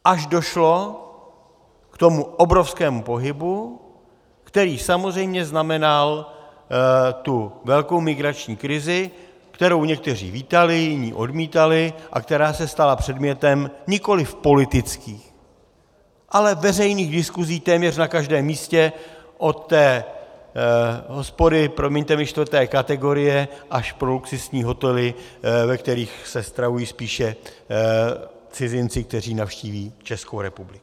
Až došlo k tomu obrovskému pohybu, který samozřejmě znamenal tu velkou migrační krizi, kterou někteří vítali, jiní odmítali a která se stala předmětem nikoliv politických, ale veřejných diskusí téměř na každém místě od té hospody, promiňte mi, čtvrté kategorie až po luxusní hotely, ve kterých se stravují spíše cizinci, kteří navštíví Českou republiku.